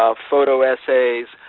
ah photo essays,